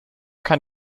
kann